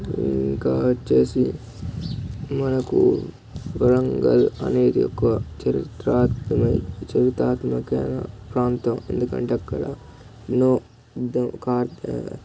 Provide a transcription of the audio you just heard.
ఇంకా వచ్చి మనకు వరంగల్ అనేది ఒక చరిత్రాత్మిక చారిత్రాత్మకమైన ప్రాంతం ఎందుకంటే అక్కడ ఎన్నో యుద్దం